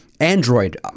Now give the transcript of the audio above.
android